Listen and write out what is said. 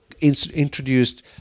introduced